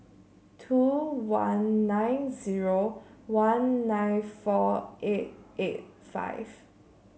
two one nine zero one nine four eight eight five